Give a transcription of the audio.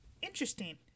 interesting